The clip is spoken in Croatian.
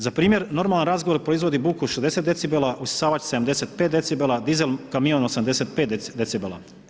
Za primjer normalan razgovor proizvodi buku od 60 decibela, usisavač 75 decibela, dizel kamion 85 decibela.